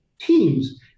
teams